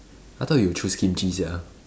I thought you would choose kimchi sia